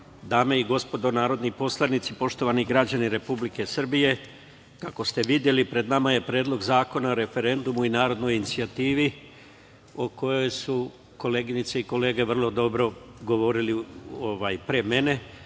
dame i gospodo narodni poslanici, poštovani građani Republike Srbije, kako ste videli pred nama je predlog zakona o referendumu i narodnoj inicijativi o kojoj su koleginice i kolege vrlo dobro govorili pre